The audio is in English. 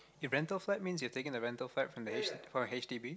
if rental side means you've taken the rental side from the H from the h_d_b